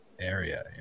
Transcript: area